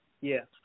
Yes